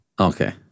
Okay